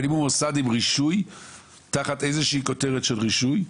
אבל אם הוא מוסד עם רישוי תחת איזושהי כותרת של רישוי,